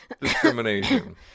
discrimination